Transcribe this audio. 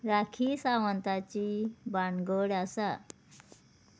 राखी सावंताची बानगड आसा